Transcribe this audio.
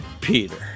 Peter